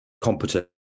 competent